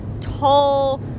tall